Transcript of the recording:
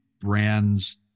brands